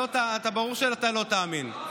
ברור שאתה לא תאמין,